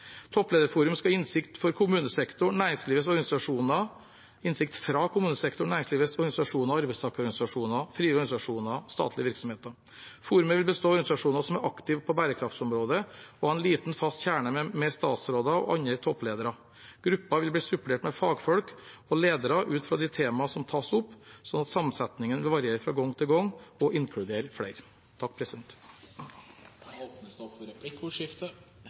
innsikt fra kommunesektoren, næringslivets organisasjoner, arbeidstakerorganisasjoner, frivillige organisasjoner og statlige virksomheter. Forumet vil bestå av organisasjoner som er aktive på bærekraftsområdet og ha en liten fast kjerne med statsråder og andre toppledere. Gruppen vil bli supplert av fagfolk og ledere ut fra de temaene som tas opp. Sånn vil sammensetningen variere fra gang til gang og inkludere flere. Det blir replikkordskifte. Jeg vil også takke statsråden for